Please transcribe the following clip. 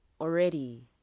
already